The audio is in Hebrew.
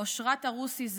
אושרת ערוסי,